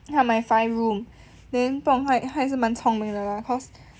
她买 five room then 不懂她她也是蛮聪明的 lah cause